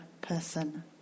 person